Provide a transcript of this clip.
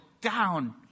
down